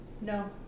No